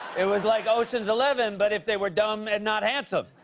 it was like ocean's eleven but if they were dumb and not handsome.